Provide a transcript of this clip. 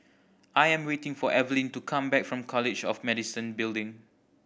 I am waiting for Eveline to come back from College of Medicine Building